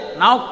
now